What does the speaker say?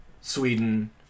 Sweden